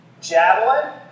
Javelin